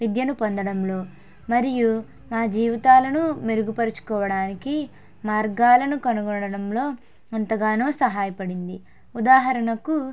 విద్యను పొందడంలో మరియు మా జీవితాలను మెరుగుపరుచుకోవడానికి మార్గాలను కనుకొనడంలో ఎంతగానో సహాయపడింది ఉదాహరణకు